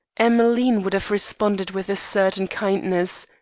emmeline would have responded with a certain kindness.